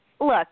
look